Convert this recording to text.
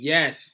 Yes